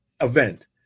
event